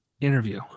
interview